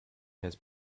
has